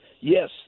Yes